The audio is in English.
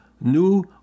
new